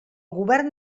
govern